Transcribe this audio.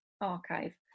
archive